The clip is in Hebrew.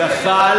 הקודמת?